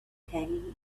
hanging